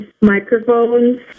microphones